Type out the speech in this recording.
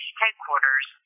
headquarters